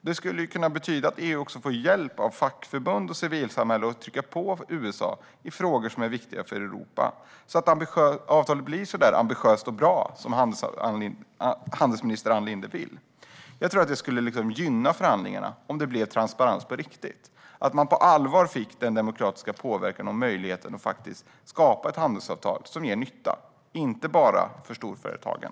Det skulle kunna betyda att EU också får hjälp av fackförbund och civil-samhälle att trycka på USA i frågor som är viktiga för Europa så att avtalet blir så ambitiöst och bra som handelsminister Ann Linde vill. Jag tror att det skulle gynna förhandlingarna om det blev transparens på riktigt så att man på allvar fick den demokratiska påverkan och möjligheten att skapa ett handelsavtal som ger nytta inte bara för storföretagen.